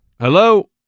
Hello